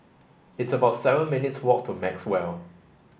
it's about seven minutes' walk to Maxwell